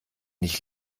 nicht